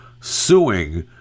suing